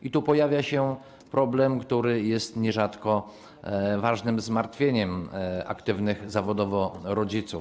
I tu pojawia się problem, który jest nierzadko ważnym zmartwieniem aktywnych zawodowo rodziców.